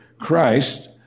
Christ